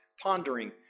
pondering